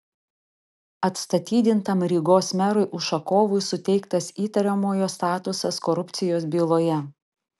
atstatydintam rygos merui ušakovui suteiktas įtariamojo statusas korupcijos byloje